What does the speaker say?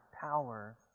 power